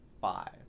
five